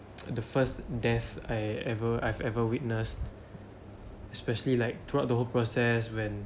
the first death I ever I've ever witnessed especially like throughout the whole process when